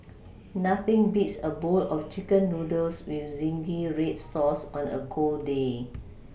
nothing beats a bowl of chicken noodles with zingy red sauce on a cold day